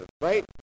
right